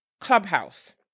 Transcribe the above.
Clubhouse